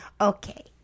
Okay